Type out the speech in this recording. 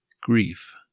grief